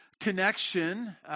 connection